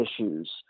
issues